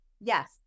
Yes